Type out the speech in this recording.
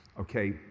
okay